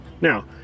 Now